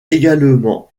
également